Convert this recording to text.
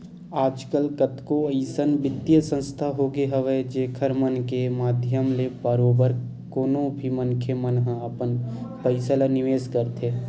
आजकल कतको अइसन बित्तीय संस्था होगे हवय जेखर मन के माधियम ले बरोबर कोनो भी मनखे मन ह अपन पइसा ल निवेस करथे